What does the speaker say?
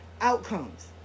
outcomes